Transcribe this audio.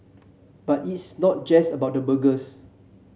but it's not just about the burgers